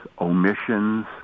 omissions